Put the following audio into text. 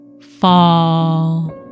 fall